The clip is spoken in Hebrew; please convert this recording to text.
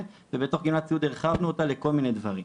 ובתוך גמלת סיעוד הרחבנו אותה לכל מיני דברים.